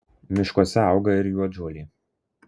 miškuose auga ir juodžolė